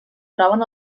troben